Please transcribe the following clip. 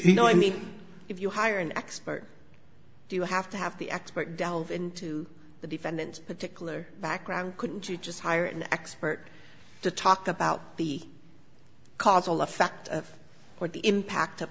no i mean if you hire an expert do you have to have the expert delve into the defendant's particular background couldn't you just hire an expert to talk about the causal effect or the impact of